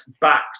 back